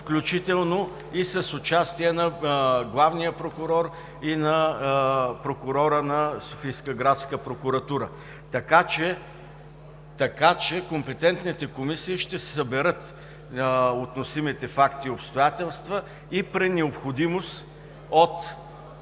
включително и с участие на главния прокурор и на прокурора на Софийска градска прокуратура. Така че компетентните комисии ще съберат относимите факти и обстоятелства и при необходимост от